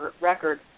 record